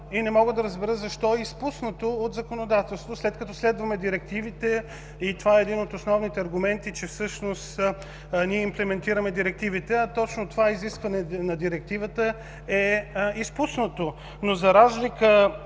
и не мога да разбера защо е изпуснато от законодателството, след като следваме директивите и това е един от основните аргументи, че всъщност ние имплементираме директивите, а точно това изискване на директивата е изпуснато.